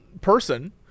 person